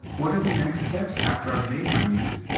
what are the next steps after i've made my music?